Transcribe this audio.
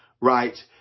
right